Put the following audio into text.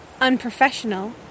unprofessional